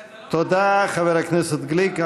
תודה, חבר הכנסת גליק.